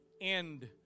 end